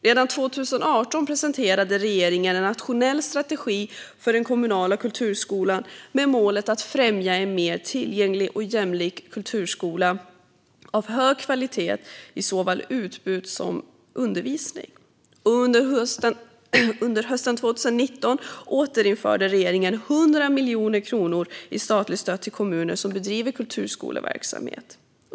Redan 2018 presenterade regeringen en nationell strategi för den kommunala kulturskolan med målet att främja en mer tillgänglig och jämlik kulturskola av hög kvalitet i såväl utbud som undervisning. Och under hösten 2019 återinförde regeringen 100 miljoner kronor i statligt stöd till kommuner som bedriver kulturskoleverksamhet.